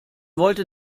wollte